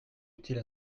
utile